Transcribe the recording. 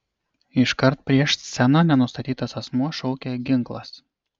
iškart prieš sceną nenustatytas asmuo šaukė ginklas